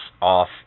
off